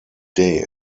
day